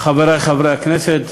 חברי חברי הכנסת,